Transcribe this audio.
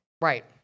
Right